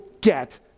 get